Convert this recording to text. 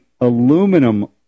aluminum